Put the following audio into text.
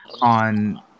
on